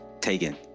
taken